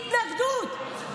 התנגדות.